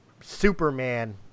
Superman